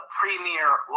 premier